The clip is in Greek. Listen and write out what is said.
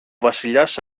βασιλιάς